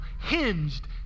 hinged